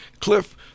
Cliff